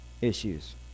issues